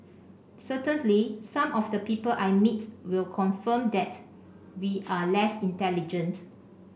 certainly some of the people I meet will confirm that we are less intelligent